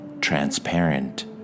transparent